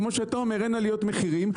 כמו שאתה אומר אין עליות מחירים.